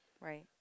Right